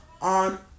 on